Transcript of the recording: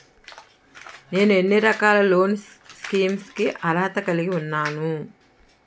నేను ఎన్ని రకాల లోన్ స్కీమ్స్ కి అర్హత కలిగి ఉన్నాను?